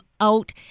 out